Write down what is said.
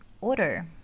order